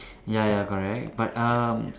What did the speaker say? ya ya correct but um